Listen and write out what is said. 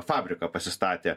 fabriką pasistatė